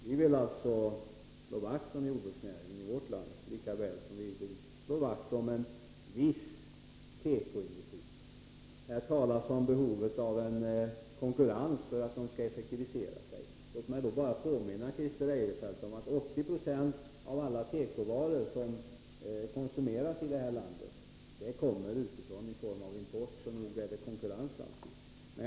Vi vill alltså slå vakt om jorbruksnäringen i vårt land, lika väl som vi vill slå vakt om ett visst mått av tekoindustri. Här talas om behovet av konkurrens för att få en effektiv industri. Låt mig då bara påminna Christer Eirefelt om att 80 20 av alla tekovaror som konsumeras i det här landet kommer utifrån i form av import, så nog är det konkurrens alltid.